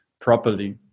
properly